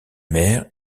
maire